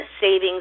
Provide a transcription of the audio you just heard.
savings